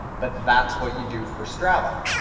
but that's what you do for strava.